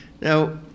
Now